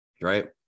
Right